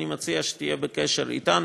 אני מציע שתהיה בקשר אתנו,